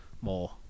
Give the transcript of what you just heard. more